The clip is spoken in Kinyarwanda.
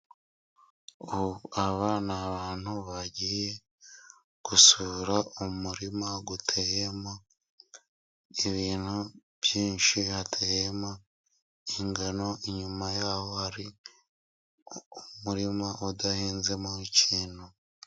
Aba ni abantu bagiye gusura umurima utemo ibintu byinshi hatahemo ingano, inyuma yaho hari umurima udahinnzemo ikintu.